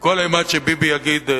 וכל אימת שביבי יגיד,